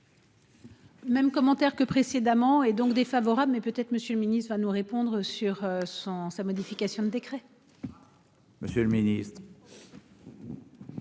Même commentaire que précédemment et donc défavorable mais peut-être Monsieur le Ministre va nous répondre sur son sa modification du décret. Monsieur le Ministre.